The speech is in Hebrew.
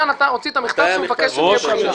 הוציא את המכתב שהוא מבקש שתהיה דחייה?